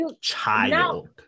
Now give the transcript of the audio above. child